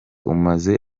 umaze